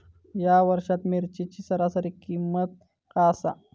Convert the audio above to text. या वर्षात मिरचीची सरासरी किंमत काय आसा?